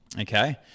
okay